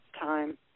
time